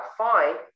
fine